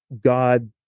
God